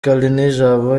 kalinijabo